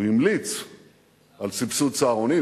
הוא המליץ על סבסוד צהרונים,